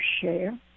share